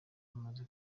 umaze